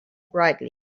brightly